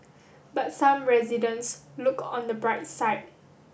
but some residents look on the bright side